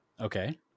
Okay